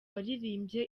waririmbye